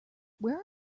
where